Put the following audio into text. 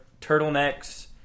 turtlenecks